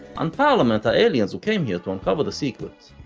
and parliament are aliens who came here to uncover the secret,